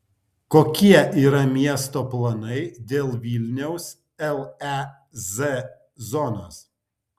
kokie yra miesto planai dėl vilniaus lez zonos